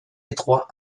étroits